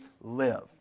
live